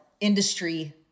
industry